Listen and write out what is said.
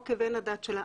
או כבן הדת של האבא.